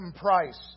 price